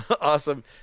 Awesome